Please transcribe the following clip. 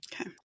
Okay